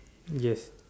yes